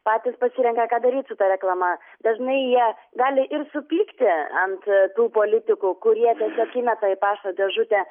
patys pasirenka ką daryt su ta reklama dažnai jie gali ir supykti ant tų politikų kurie tiesiog įmeta į pašto dėžutę